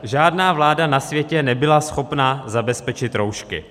Žádná vláda na světě nebyla schopna zabezpečit roušky.